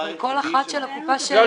אבל כל אחת העבירה של הקופה שלה.